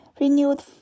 renewed